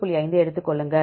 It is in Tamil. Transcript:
5 ஐ எடுத்துக் கொள்ளுங்கள்